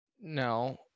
No